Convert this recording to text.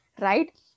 right